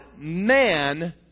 man